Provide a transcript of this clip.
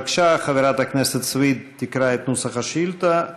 בבקשה, חברת הכנסת סויד תקרא את נוסח השאילתה,